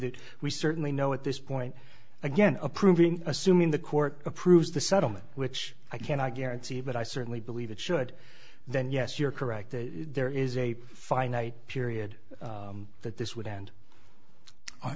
that we certainly know at this point again approving assuming the court approves the settlement which i cannot guarantee but i certainly believe it should then yes you're correct that there is a finite period that this would and